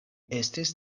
estis